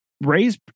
raise